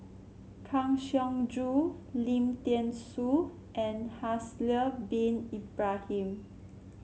Kang Siong Joo Lim Thean Soo and Haslir Bin Ibrahim